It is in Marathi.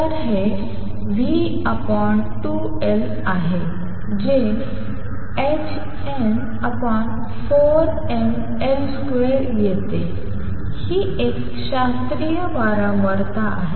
तर हे v2L आहे जे hn4mL2 येते ही एक शास्त्रीय वारंवारता आहे